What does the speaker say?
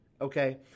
okay